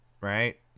right